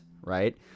right